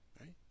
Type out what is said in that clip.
right